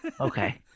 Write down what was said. Okay